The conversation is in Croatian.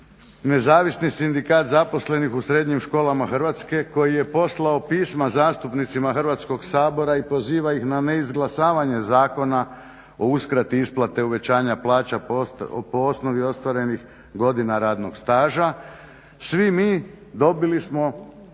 nezavisni sindikat zaposlenih u srednjim školama Hrvatske koji je poslao pisma zastupnicima Hrvatskog sabora i poziva ih na ne izglasavanje zakona o uskrati isplate, uvećanja plaća po osnovi ostvarenih godina radnog staža. Svi mi dobili smo